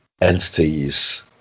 entities